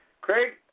Craig